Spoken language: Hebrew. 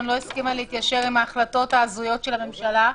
לא הסכימה להתיישר עם החלטות ההזויות של הממשלה.